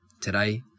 today